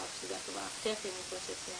שזו החברה הכי הכי מוחלשת,